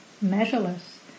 measureless